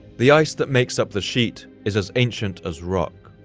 the ice that makes up the sheet is as ancient as rock,